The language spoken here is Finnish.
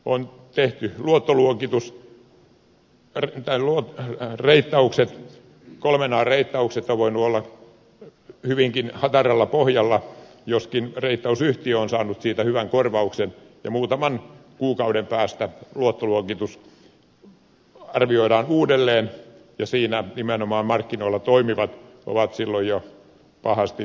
on tehty reittaukset ja kolmen an reittaukset ovat voineet olla hyvinkin hataralla pohjalla joskin reittausyhtiö on saanut siitä hyvän korvauksen ja muutaman kuukauden päästä luottoluokitus arvioidaan uudelleen ja siinä nimenomaan markkinoilla toimivat ovat silloin jo pahasti syöksykierteessä